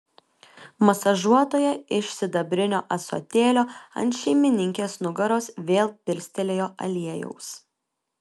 masažuotoja iš sidabrinio ąsotėlio ant šeimininkės nugaros vėl pilstelėjo aliejaus